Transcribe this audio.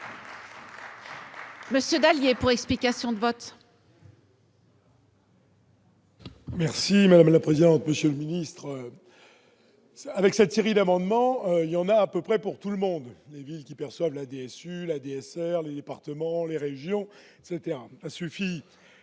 Monsieur Dallier pour explication de vote. Merci madame la présidente, monsieur le ministre, avec cette série d'amendements, il y en a à peu près pour tout le monde, les villes qui perçoivent la DSU, la dessert les départements, les régions, c'était pas suffit